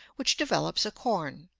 which develops a corn.